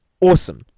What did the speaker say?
awesome